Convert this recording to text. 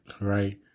right